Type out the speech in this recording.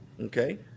Okay